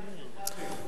חבר הכנסת כבל,